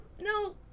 no